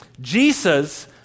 Jesus